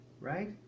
Right